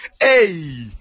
Hey